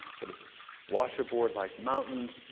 sort of washboard-like mountains.